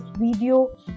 video